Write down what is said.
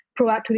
proactively